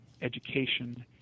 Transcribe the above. education